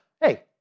hey